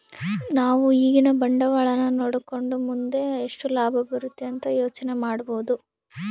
ನಾವು ಈಗಿನ ಬಂಡವಾಳನ ನೋಡಕಂಡು ಮುಂದೆ ಎಷ್ಟು ಲಾಭ ಬರುತೆ ಅಂತ ಯೋಚನೆ ಮಾಡಬೋದು